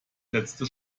letzte